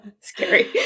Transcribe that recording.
Scary